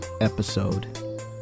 episode